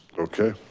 okay.